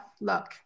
look